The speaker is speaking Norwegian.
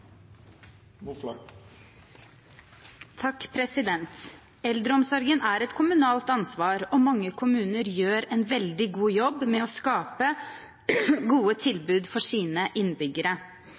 Eldreomsorgen er et kommunalt ansvar, og mange kommuner gjør en veldig god jobb med å skape gode tilbud for sine innbyggere.